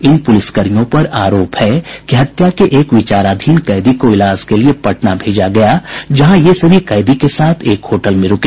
इन पुलिसकर्मियों पर आरोप है कि हत्या के एक विचाराधीन कैदी को इलाज के लिए पटना भेजा गया जहां ये सभी कैदी के साथ एक होटल में रूके